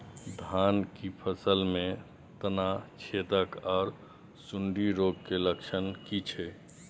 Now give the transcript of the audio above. धान की फसल में तना छेदक आर सुंडी रोग के लक्षण की छै?